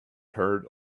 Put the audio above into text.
heard